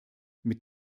mit